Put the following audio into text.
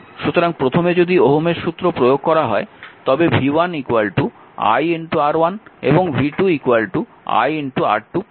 সুতরাং প্রথমে যদি ওহমের সূত্র প্রয়োগ করা হয় তবে v1 i R1 এবং v2 i R2পাওয়া যায়